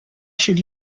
should